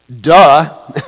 duh